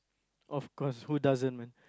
of course who doesn't want